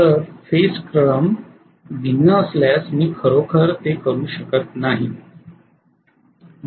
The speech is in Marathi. तर फेज क्रम भिन्न असल्यास मी खरोखर ते करू शकत नाही